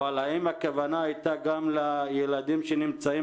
אבל האם הכוונה היתה גם לילדים שנמצאים